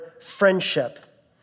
friendship